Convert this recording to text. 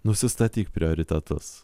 nusistatyk prioritetus